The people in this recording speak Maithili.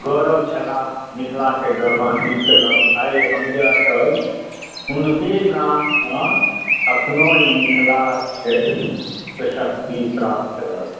गौरव छलाह मिथिलाके गौरवान्वित केलहुॅं आइ हमरा सब हुनके नामे एखनो ई मिथिला क्षेत्रके शक्ति प्राप्त केलक हैं